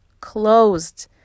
closed